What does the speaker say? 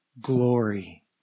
Glory